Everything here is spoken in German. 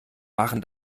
machen